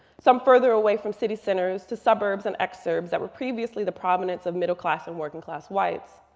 some further away from city centers to suburbs and exurbs that were previously the providence of middle class and working class whites.